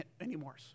anymore